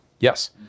Yes